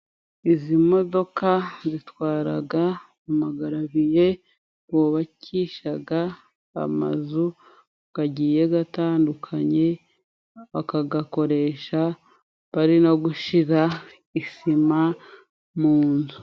Izi modoka zitwaraga amagaraviye bubakishaga amazu gagiye gatandukanye, bakagakoresha bari no gushira isima mu nzu.